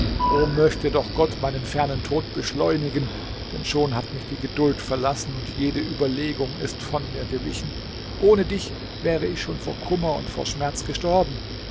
o möchte doch gott meinen fernen tod beschleunigen denn schon hat mich die geduld verlassen und jede überlegung ist von mir gewichen ohne dich wäre ich schon vor kummer und vor schmerz gestorben